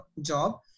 job